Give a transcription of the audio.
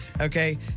Okay